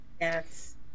yes